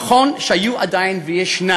נכון שהיו ועדיין ישנם,